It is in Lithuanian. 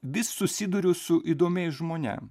vis susiduriu su įdomiais žmonėm